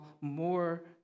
more